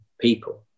people